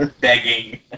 begging